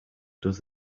does